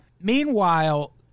Meanwhile